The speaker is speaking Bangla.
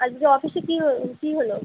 আজকে অফিসে কী হল কী হলো